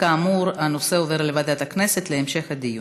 כאמור, הנושא עובר לוועדת הכנסת להמשך הדיון.